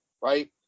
right